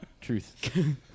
Truth